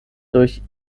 durch